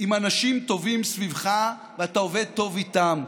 עם אנשים טובים סביבך ואתה עובד טוב איתם.